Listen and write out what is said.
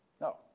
No